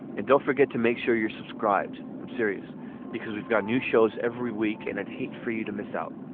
and don't forget to make sure you're subscribed. i'm serious because we've got new shows every week and i'd hate for you to miss out.